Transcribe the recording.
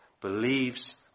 Believes